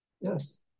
yes